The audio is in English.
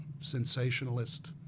sensationalist